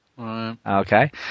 okay